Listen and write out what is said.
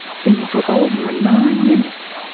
singing for over nine minutes.